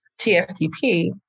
TFTP